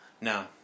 No